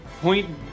Point